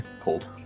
cold